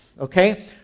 okay